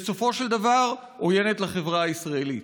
ובסופו של דבר עוינת לחברה הישראלית.